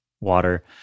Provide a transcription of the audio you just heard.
water